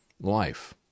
life